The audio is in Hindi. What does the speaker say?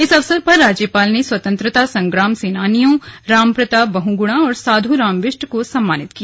इस अवसर पर राज्यपाल ने स्वतंत्रता संग्राम सेनानियों राम प्रताप बहुगुणा और साधुराम बिष्ट को सम्मानित किया